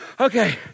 okay